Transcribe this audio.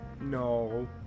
No